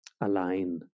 align